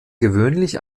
gewöhnlich